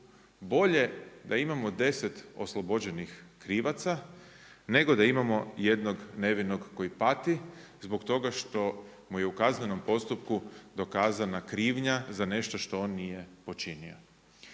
bolje da imamo 10 oslobođenih krivaca nego da imamo jednog nevinog koji pati zbog toga što mu je u kaznenom postupku dokazana krivnja za nešto što on nije počinio.